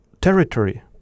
territory